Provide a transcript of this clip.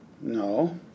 No